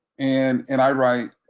and and i write